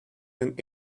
and